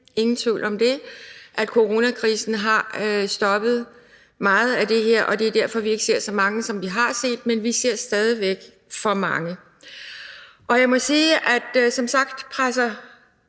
ingen tvivl om, at coronakrisen har stoppet meget af det her, og at det er derfor, vi ikke ser så mange, som vi har set. Men vi ser stadig væk for mange. Jeg vil sige, at Dansk